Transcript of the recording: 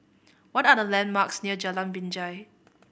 what are the landmarks near Jalan Binjai